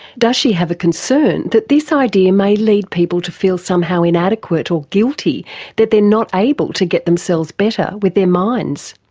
does she have a concern that this idea may lead people to feel somehow inadequate or guilty that they are not able to get themselves better with their minds?